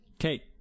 Okay